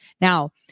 Now